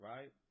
Right